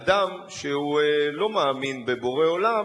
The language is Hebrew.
אדם שלא מאמין בבורא עולם,